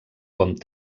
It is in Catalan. com